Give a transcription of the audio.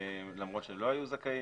למרות שלא היו זכאים.